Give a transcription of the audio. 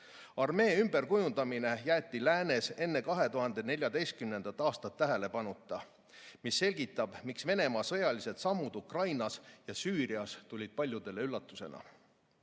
Armee ümberkujundamine jäeti läänes enne 2014. aastat tähelepanuta. See selgitab, miks Venemaa sõjalised sammud Ukrainas ja Süürias tulid paljudele üllatusena.